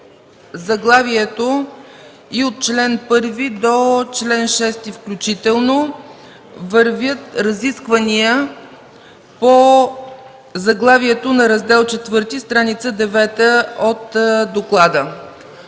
заглавието и от чл. 1 до чл. 6 включително. Вървят разисквания по заглавието на Раздел ІV – стр. 9 от доклада.